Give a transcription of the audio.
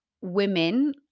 women